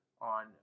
on